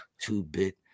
two-bit